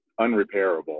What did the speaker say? unrepairable